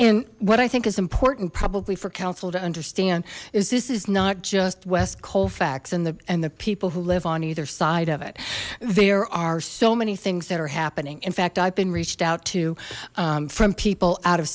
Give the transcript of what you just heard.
and what i think is important probably for council to understand is this is not just west colfax and the and the people who live on either side of it there are so many things that are happening in fact i've been reached out to from people out of